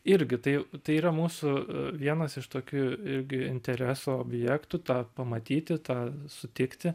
irgi tai tai yra mūsų vienas iš tokių irgi interesų objektų tą pamatyti tą sutikti